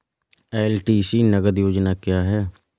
LTC नगद योजना क्या है?